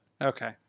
Okay